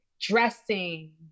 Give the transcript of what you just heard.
dressing